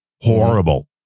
horrible